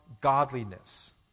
godliness